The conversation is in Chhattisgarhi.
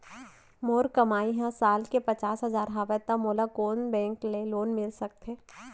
मोर कमाई ह साल के पचास हजार हवय त मोला कोन बैंक के लोन मिलिस सकथे?